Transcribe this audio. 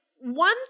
one